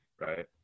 right